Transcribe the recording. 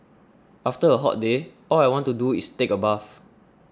after a hot day all I want to do is take a bath